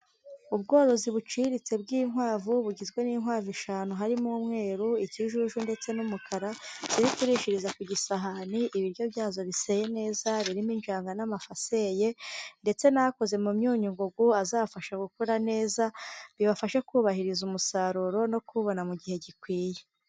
Ubworozi buciriritse bw'inkwavu bugizwe n'inkwaro eshanu harimo umweru, ikijuju, ndetse n'umukara. Biri kurishishiriza ku isahani, ibiryo byazo biseye neza, birimo injanga, n'amafu aseye. Ndetse n'akoze mu myunyu ngugu azafasha gukora neza, bibafashe kubahiriza umusaruro no kuwubona mu gihe gikwiye.